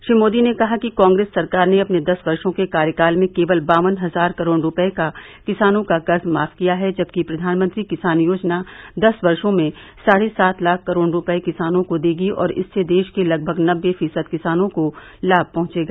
श्री मोदी ने कहा कि कांग्रेस सरकार ने अपने दस वर्ष के कार्यकाल में केवल बावन हज़ार करोड़ रूपये का किसानों का कर्ज माफ किया है जबकि प्रघानमंत्री किसान योजना दस वर्षो में साढ़े सात लाख करोड़ रूपये किसानों को देगी और इससे देश के लगभग नबे फ़ीसद किसानों को लाभ पहुंचेगा